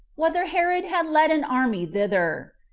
whether herod had led an army thither?